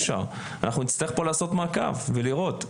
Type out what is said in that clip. אנחנו נצטרך פה לעשות מעקב ולראות.